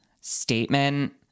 statement